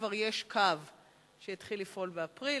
כבר יש קו שיתחיל לפעול באפריל.